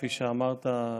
כפי שאמרת,